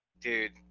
dude